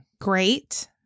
Great